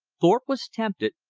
thorpe was tempted,